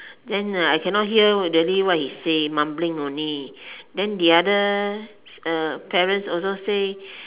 then I cannot hear really what he say mumbling only then the other parents also say